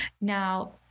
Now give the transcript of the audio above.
Now